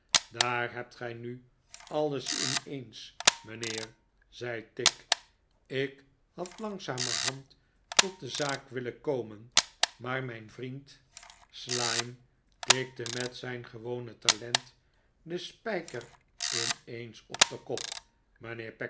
daar hebt gij nu alles ineens mijnheer zei tigg ik had langzamerhand tot de zaak willen komen maar mijn vriend slyme tikte met zijn gewone talent den spijker ineens op den kop